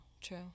true